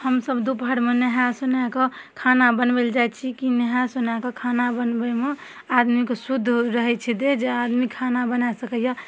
हमसब दोपहरमे नहाय सोनाय कए खाना बनबय लए जाइ छी कि नहाय सोनाय कऽ खाना बनबयमे आदमीके शुद्ध रहय छै देह जे आदमी खाना बना सकइए